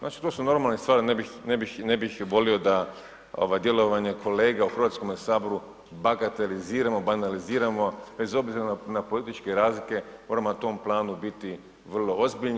Znači to su normalne stvari, ne bih volio da djelovanje kolega u Hrvatskome saboru bagateliziramo, banaliziramo bez obzira na političke razlike moramo na tom planu biti vrlo ozbiljni.